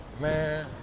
man